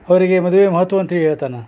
ಅವಿರಗೆ ಮದುವೆ ಮಹತ್ವ ಅಂತ್ಹೇಳಿ ಹೇಳ್ತಾನ